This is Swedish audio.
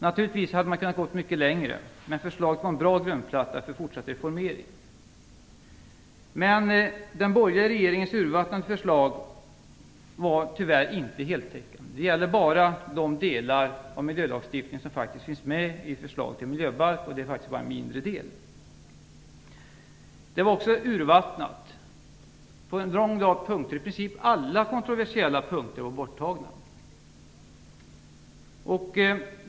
Naturligtvis hade man kunnat gå mycket längre, men förslaget var en bra grundplatta för fortsatt reformering. Men den borgerliga regeringens urvattnade förslag var tyvärr inte heltäckande. Det gällde bara de delar av miljölagstiftningen som finns med i förslaget till miljöbalk, och det rör sig faktiskt bara om en mindre del. Förslaget var också urvattnat på en lång rad punkter. Praktiskt taget alla kontroversiella punkter var borttagna.